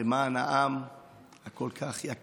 למען העם היקר כל כך הזה